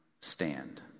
stand